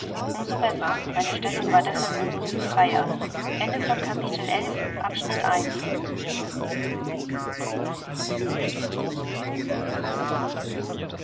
so besser meine stellung war deshalb um so viel freier